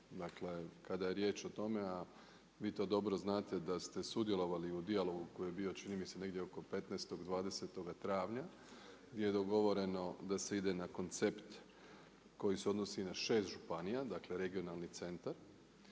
Dakle, kada je riječ o tome, a vi to dobro znate da ste sudjelovali u dijalogu koji je bio čini mi se negdje oko 15., 20. travnja gdje je dogovoreno da se ide na koncept koji se odnosi na šest županija. Dakle, regionalni centar.